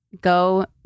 Go